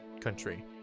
country